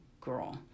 girl